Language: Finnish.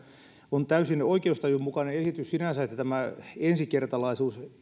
on täysin oikeustajun mukainen esitys sinänsä että tämä ensikertalaisuus